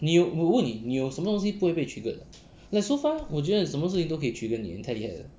你我问你你有什么东西不会被 trigger 的 like so far 我觉得什么事情都可以 trigger 你你太厉害了